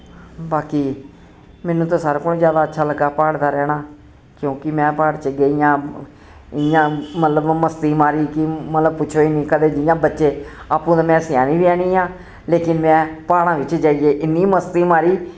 बाकि मैनू ते सारें कोला जैदा अच्छा लग्गा प्हाड़ दा रैह्ना क्योंकि में प्हाड़ च गेई आं इ'यां मतलव मस्ती मारी कि मतलव पुच्छो ही निं कदे जियां बच्चे अप्पू ते में स्यानी मयानी आं लेकिन में प्हाड़ां बिच्च जाइयै इन्नी मस्ती मारी